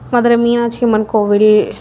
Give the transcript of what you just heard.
மதுரை மீனாட்சி அம்மன் கோவில்